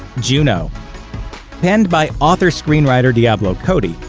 juno penned by author screenwriter diablo cody,